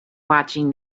watching